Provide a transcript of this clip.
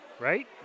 Right